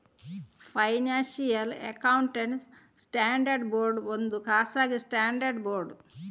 financial accounting standards board ಒಂದು ಖಾಸಗಿ standard board